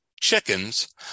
Chickens